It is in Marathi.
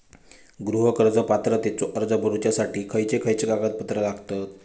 गृह कर्ज पात्रतेचो अर्ज भरुच्यासाठी खयचे खयचे कागदपत्र लागतत?